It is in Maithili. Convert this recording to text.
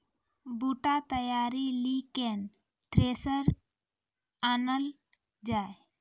बूटा तैयारी ली केन थ्रेसर आनलऽ जाए?